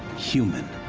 human.